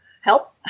help